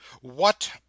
What